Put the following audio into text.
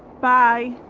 bye